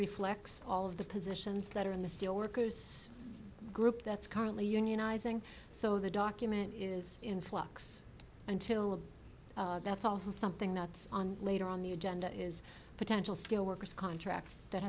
reflects all of the positions that are in the steelworkers group that's currently unionizing so the document is in flux until that's also something that's on later on the agenda is potential steelworkers contract that